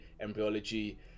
embryology